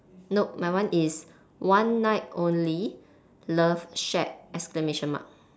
nope my one is one night only love shack exclamation mark